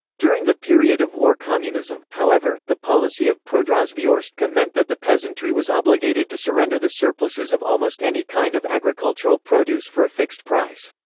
during the period of war communism, however, the policy of prodrazvyorstka meant that the peasantry was obligated to surrender the surpluses of almost any kind of agricultural produce for a fixed price.